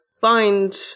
find